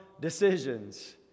decisions